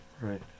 right